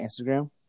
Instagram